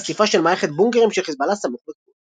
חשיפה של מערכת בונקרים של חזבאללה סמוך לגבול.